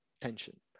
tension